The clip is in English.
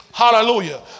Hallelujah